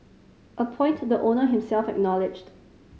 a point the owner himself acknowledged